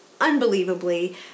unbelievably